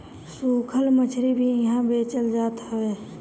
सुखल मछरी भी इहा बेचल जात हवे